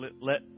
let